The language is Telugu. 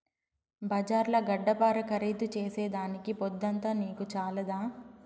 బజార్ల గడ్డపార ఖరీదు చేసేదానికి పొద్దంతా నీకు చాలదా